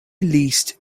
leased